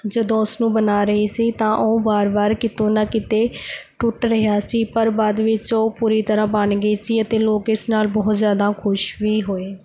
ਜਦੋਂ ਉਸਨੂੰ ਬਣਾ ਰਹੀ ਸੀ ਤਾਂ ਉਹ ਵਾਰ ਵਾਰ ਕਿਤੋਂ ਨਾ ਕਿਤੇ ਟੁੱਟ ਰਿਹਾ ਸੀ ਪਰ ਬਾਅਦ ਵਿੱਚ ਉਹ ਪੂਰੀ ਤਰ੍ਹਾਂ ਬਣ ਗਈ ਸੀ ਅਤੇ ਲੋਕ ਇਸ ਨਾਲ ਬਹੁਤ ਜ਼ਿਆਦਾ ਖੁਸ਼ ਵੀ ਹੋਏ